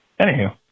anywho